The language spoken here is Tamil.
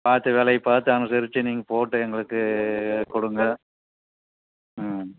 பார்த்து விலைய பார்த்து அனுசரித்து நீங்கள் போட்டு எங்களுக்கு கொடுங்க ம்